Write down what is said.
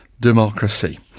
democracy